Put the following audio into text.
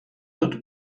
dut